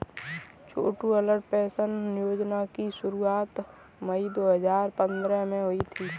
छोटू Atal pension योजना की शुरुआत मई दो हज़ार पंद्रह में हुई थी